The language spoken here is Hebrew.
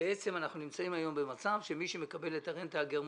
ובעצם אנחנו נמצאים היום במצב שמי שמקבל את הרנטה הגרמנית,